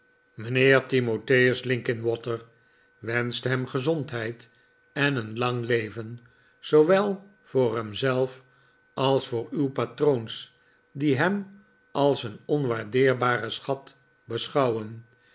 timotheus linkinwater wenscht hem gezondheid en een lang leven zoowel voor hem zelf als voor uw patroons die hem als een onwaardeerbaren schat beschouwen